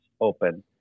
open